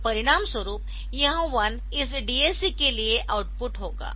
तो परिणामस्वरूप यह 1 इस DAC के लिए आउटपुट होगा